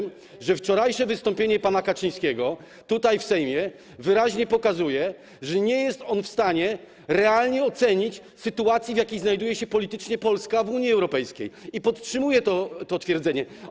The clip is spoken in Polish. Mówiłem o tym, że wczorajsze wystąpienie pana Kaczyńskiego tutaj, w Sejmie, wyraźnie pokazuje, że nie jest on w stanie realnie ocenić sytuacji, w jakiej znajduje się politycznie Polska w Unii Europejskiej, i podtrzymuję to twierdzenie.